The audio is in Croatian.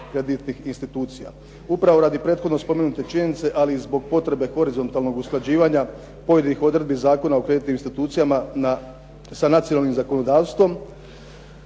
kreditnih institucija. Upravo radi prethodno spomenute činjenice ali i zbog potrebe horizontalnog usklađivanja pojedinih odredbi Zakona o kreditnim institucijama sa nacionalnim zakonodavstvom,